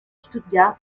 stuttgart